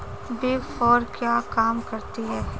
Big four क्या काम करती है?